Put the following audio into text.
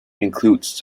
includes